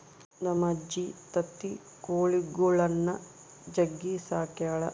ನಮ್ಮಜ್ಜಿ ತತ್ತಿ ಕೊಳಿಗುಳ್ನ ಜಗ್ಗಿ ಸಾಕ್ಯಳ